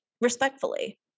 respectfully